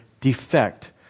Defect